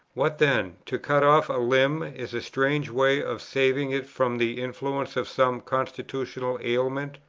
what then? to cut off a limb is a strange way of saving it from the influence of some constitutional ailment.